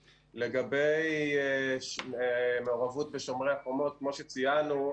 לגבי מעורבות אחמ"שים בשומר החומות כמו שציינו,